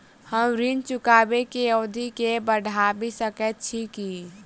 हम ऋण चुकाबै केँ अवधि केँ बढ़ाबी सकैत छी की?